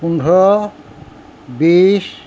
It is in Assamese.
পোন্ধৰ বিছ